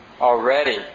already